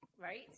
Right